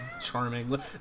charming